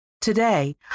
Today